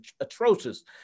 atrocious